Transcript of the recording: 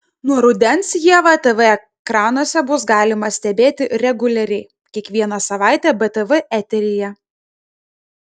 nuo rudens ievą tv ekranuose bus galima stebėti reguliariai kiekvieną savaitę btv eteryje